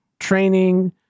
training